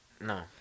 No